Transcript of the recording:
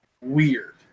weird